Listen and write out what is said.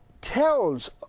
tells